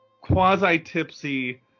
quasi-tipsy